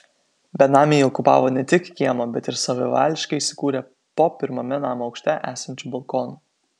benamiai okupavo ne tik kiemą bet ir savavališkai įsikūrė po pirmame namo aukšte esančiu balkonu